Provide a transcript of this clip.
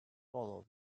follows